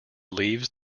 leaves